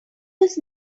was